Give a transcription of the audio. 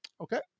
Okay